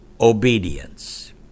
obedience